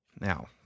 Now